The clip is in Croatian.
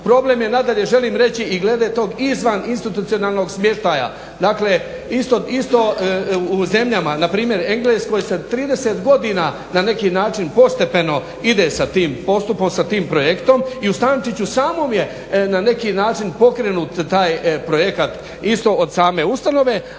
Problem je nadalje želim reći i glede tog izvan institucionalnog smještaja, dakle isto u zemljama npr. Engleskoj se 30 godina na neki način postepeno ide sa tim projektom i u Stančiću samom je na neki način pokrenut taj projekat isto od same ustanove.